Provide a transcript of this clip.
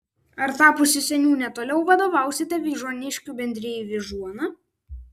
ar tapusi seniūne toliau vadovausite vyžuoniškių bendrijai vyžuona